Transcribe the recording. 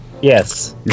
Yes